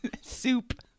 soup